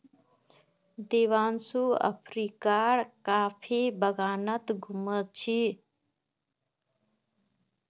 दीपांशु अफ्रीकार कॉफी बागानत घूम छ